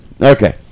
Okay